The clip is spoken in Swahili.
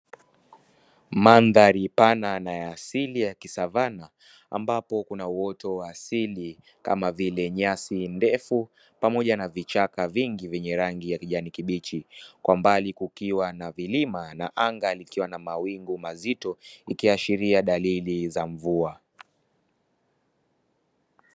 Mandhari pana na ya asili ya kisavana ambapo kuna uoto wa asili kama vile nyasi ndefu pamoja na vichaka vingi vyenye rangi ya kijani kibichi, kwa mbali kukiwa na vilima na anga likiwa na mawingu mazito ikiashiria dalili za mvua.